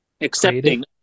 accepting